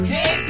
Hey